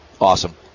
awesome